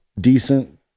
decent